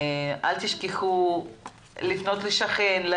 אל תשכחו לפנות לשכן,